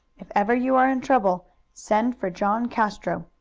if ever you are in trouble send for john castro.